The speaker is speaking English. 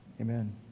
amen